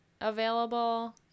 available